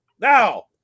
Now